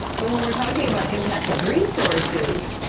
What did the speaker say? but when we're talking about impact of resources,